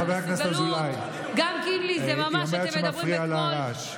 חבר הכנסת אזולאי, היא אומרת שמפריע לה הרעש.